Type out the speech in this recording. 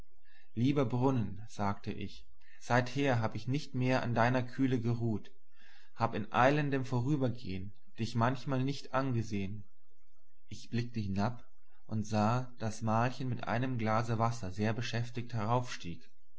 lieber brunnen sagte ich seither hab ich nicht mehr an deiner kühle geruht hab in eilendem vorübergehn dich manchmal nicht angesehn ich blickte hinab und sah daß malchen mit einem glase wasser sehr beschäftigt